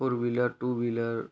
four wheeler two wheeler